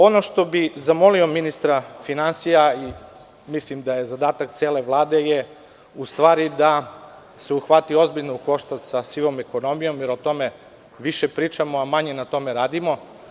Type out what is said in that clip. Ono što bih zamolio ministra finansija, a mislim da je to zadatak cele Vlade, je da se ozbiljno uhvati u koštac sa sivom ekonomijom, jer o tome više pričamo, a manje radimo.